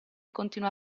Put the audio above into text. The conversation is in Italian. continua